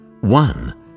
One